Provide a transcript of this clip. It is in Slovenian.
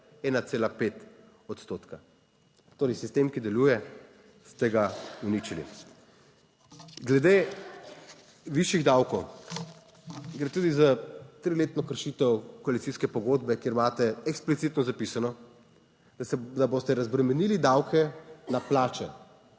1,5 odstotka. Torej sistem, ki deluje, ste ga uničili. Glede višjih davkov gre tudi za triletno kršitev koalicijske pogodbe, kjer imate eksplicitno zapisano, da boste razbremenili davke na plače.